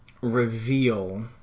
reveal